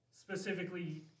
specifically